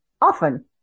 often